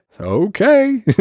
okay